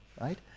right